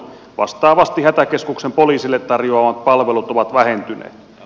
vastaavasti hätäkeskuksen poliisille tarjoamat palvelut ovat vähentyneet